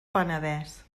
penedès